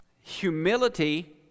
Humility